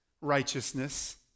righteousness